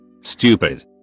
Stupid